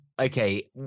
okay